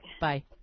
Bye